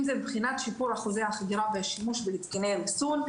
אם זה בבחינת שיפורי אחוזי החגירה ושימוש בהתקני ריסון,